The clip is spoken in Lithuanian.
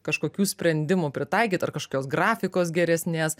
kažkokių sprendimų pritaikyt ar kažkokios grafikos geresnės